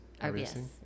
RBS